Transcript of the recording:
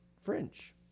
French